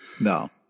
no